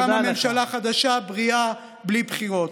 קמה ממשלה חדשה, בריאה, בלי בחירות,